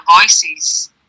voices